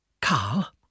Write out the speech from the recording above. Carl